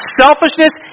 selfishness